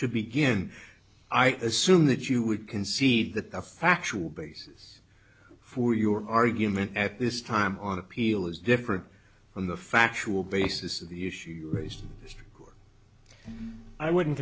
to begin i assume that you would concede that the factual basis for your argument at this time on appeal is different from the factual basis of the issue raised or i wouldn't